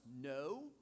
No